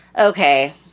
okay